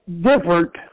different